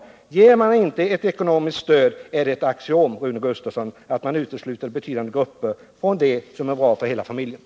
Ger man inte ett ekonomiskt stöd är det ett axiom, Rune Gustavsson, att man utesluter betydande grupper från det som är så bra för de hela familjerna.”